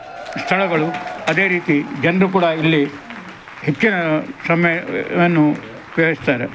ಸ್ಥಳಗಳು ಅದೇ ರೀತಿ ಜನರು ಕೂಡ ಇಲ್ಲಿ ಹೆಚ್ಚಿನ ಸಮಯವನ್ನು ಬೆಳೆಸ್ತಾರೆ